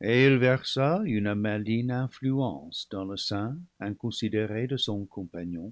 et il versa une male influence dans le sein inconsidéré de son compagnon